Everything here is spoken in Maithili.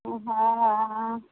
हँ हँ हँ